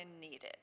needed